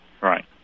Right